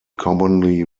commonly